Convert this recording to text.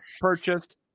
purchased